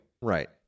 Right